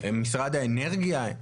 משרד האנרגיה,